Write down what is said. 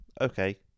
Okay